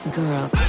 girls